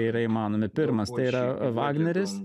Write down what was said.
yra įmanomi pirmas tai yra vagneris